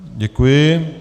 Děkuji.